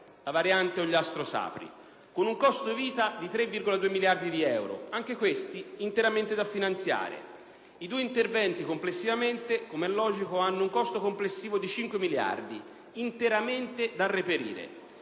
la variante Ogliastro-Sapri (con un costo vita di 3,2 miliardi di euro, anche questi interamente da finanziare). I due interventi complessivamente, com'è logico, hanno un costo complessivo di 5 miliardi di euro, interamente da reperire.